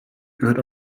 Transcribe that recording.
gehört